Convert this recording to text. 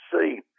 see